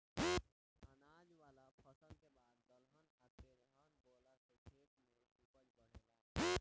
अनाज वाला फसल के बाद दलहन आ तेलहन बोआला से खेत के ऊपज बढ़ेला